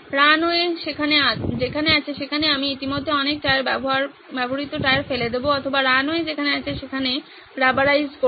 runway যেখানে আছে সেখানে আমি ইতিমধ্যে অনেক টায়ার ব্যবহৃত টায়ার ফেলে দেব অথবা রানওয়ে যেখানে আছে সেখানে রাবারাইজ করব